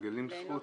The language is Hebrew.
ליהנות מזה.